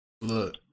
Look